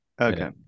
Okay